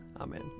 Amen